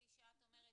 כפי שאת אומרת,